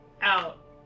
out